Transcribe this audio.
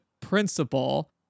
principle